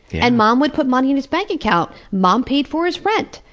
and mom would put money in his bank account. mom paid for his rent.